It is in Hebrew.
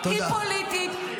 היא פוליטית,